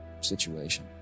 situation